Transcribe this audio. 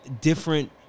different